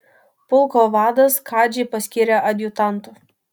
pulko vadas kadžį paskyrė adjutantu